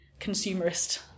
consumerist